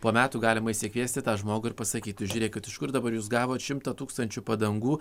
po metų galima išsikviesti tą žmogų ir pasakyti žiūrėkit kad iš kur dabar jūs gavot šimtą tūkstančių padangų